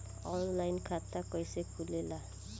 Online खाता कइसे खुलेला?